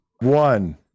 One